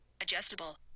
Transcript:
adjustable